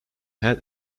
had